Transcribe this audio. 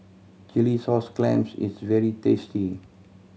chilli sauce clams is very tasty